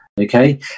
okay